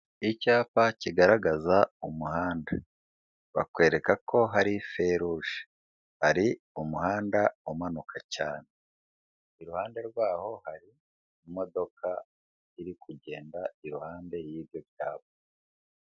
Icyapa kigaragaza umuhanda, bakwereka ko hari feruje, hari umuhanda umanuka cyane, iruhande rwaho hari imodoka iri kugenda iruhande y'ibyo byapa.